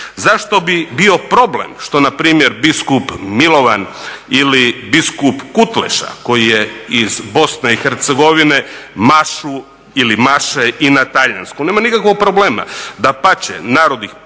zašto bi bio problem što npr. biskup Milovan ili biskup Kutleša koji je iz Bosne i Hercegovine mašu ili maše i na talijanskom, nema nikakvog problema. Dapače, narod ih poštuje,